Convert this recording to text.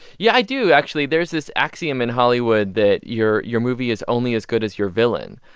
yeah, i do, actually. there's this axiom in hollywood that your your movie is only as good as your villain.